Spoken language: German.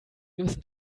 gewissen